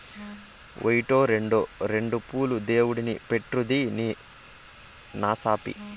ఓటో, రోండో రెండు పూలు దేవుడిని పెట్రాదూ నీ నసాపి